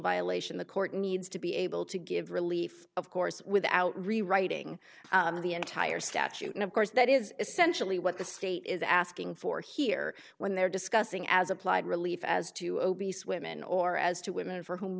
violation the court needs to be able to give relief of course without rewriting the entire statute and of course that is essentially what the state is asking for here when they're discussing as applied relief as to obese women or as two women for whom